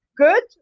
good